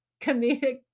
Comedic